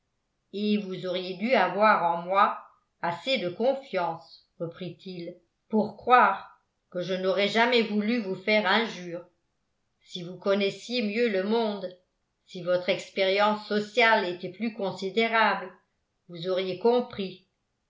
et vous auriez dû avoir en moi assez de confiance reprit-il pour croire que je n'aurais jamais voulu vous faire injure si vous connaissiez mieux le monde si votre expérience sociale était plus considérable vous auriez compris